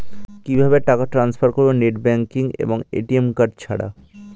কিভাবে টাকা টান্সফার করব নেট ব্যাংকিং এবং এ.টি.এম কার্ড ছাড়া?